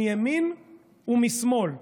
מימין ומשמאל,